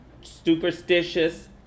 superstitious